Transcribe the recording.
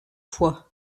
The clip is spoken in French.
fois